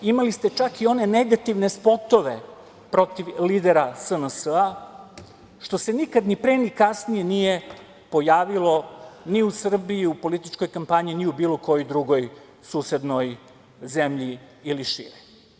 Imali ste čak i one negativne spotove protiv lidera SNS, što se nikad ni pre ni kasnije nije pojavilo ni u Srbiji, u političkoj kampanji, ni bilo kojoj drugoj susednoj zemlji ili šire.